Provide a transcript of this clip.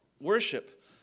worship